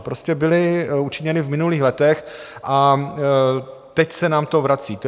Prostě byly učiněny v minulých letech a teď se nám to vrací.